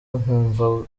nkumva